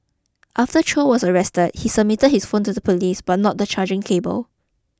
after Chow was arrested he submitted his phone to the police but not the charging cable